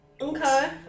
Okay